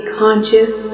conscious